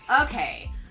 Okay